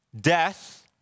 Death